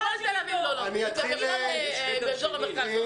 בכל תל-אביב לא לומדים.